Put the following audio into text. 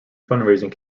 fundraising